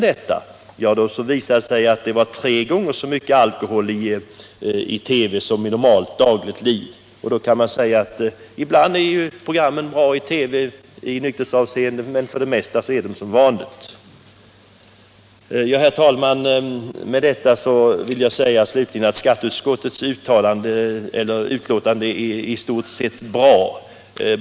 Det visade sig emellertid att det var tre gånger så mycket alkohol i TV som i normalt dagligt liv. Jag anser att ibland är TV-programmen bra i nykterhetsavseende, men för det mesta är de som vanligt. Herr talman! Jag vill slutligen säga att skatteutskottets betänkande är i stort sett bra.